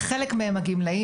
חלק מהם גמלאים.